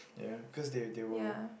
ya cause they they will